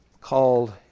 called